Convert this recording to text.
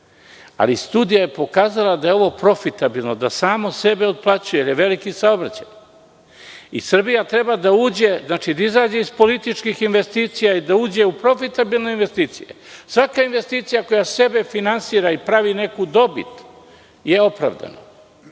ali studija je pokazala da je ovo profitabilno da samo sebe otplaćuje, jer je veliki saobraćaj. Srbija treba da izađe iz političkih investicija i da uđe u profitabilne investicije. Svaka investicija koja sebe finansira i pravi neku dobit je opravdana,